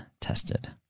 tested